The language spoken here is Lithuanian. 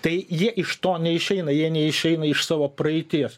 tai jie iš to neišeina jie neišeina iš savo praeities